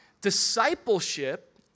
Discipleship